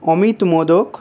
Amit modak